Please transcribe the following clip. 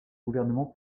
gouvernement